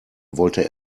wollte